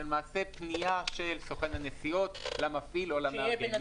זו למעשה פנייה של סוכן הנסיעות למפעיל או למעסיק.